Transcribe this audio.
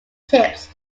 tips